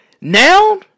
Now